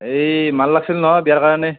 এই মাল লাগিছিলে নহয় বিয়াৰ কাৰণে